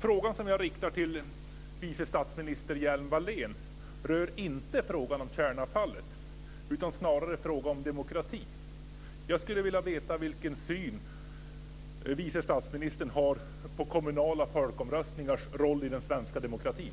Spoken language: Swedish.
Frågan som jag riktar till vice statsminister Hjelm Wallén rör inte frågan om kärnavfallet utan är snarare en fråga om demokrati. Jag skulle vilja veta vilken syn vice statsministern har på kommunala folkomröstningars roll i den svenska demokratin.